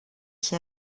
qui